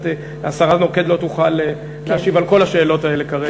והשרה נוקד לא תוכל להשיב על כל השאלות האלה כרגע.